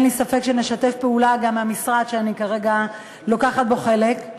אין לי ספק שנשתף פעולה גם מהמשרד שאני כרגע לוקחת בו חלק.